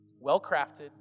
Well-crafted